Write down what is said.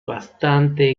bastante